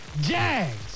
Jags